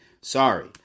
Sorry